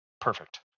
perfect